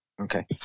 Okay